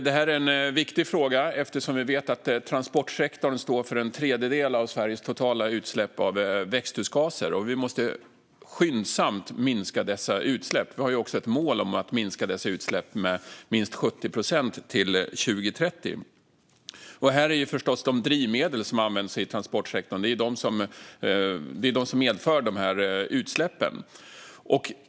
Det här är en viktig fråga eftersom vi vet att transportsektorn står för en tredjedel av Sveriges totala utsläpp av växthusgaser och att vi skyndsamt måste minska dessa utsläpp. Vi har ju också ett mål om att minska dessa utsläpp med minst 70 procent till 2030. Det är förstås de drivmedel som används i transportsektorn som medför dessa utsläpp.